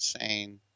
insane